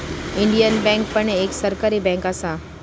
Indian Bank पण एक सरकारी बँक असा